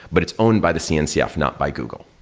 but it's owned by the cncf, not by google.